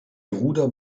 ruder